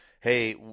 hey